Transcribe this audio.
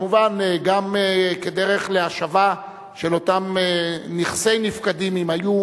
כמובן, גם כדרך להשבה של אותם נכסי נפקדים, אם היו